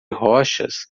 rochas